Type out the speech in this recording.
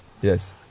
Yes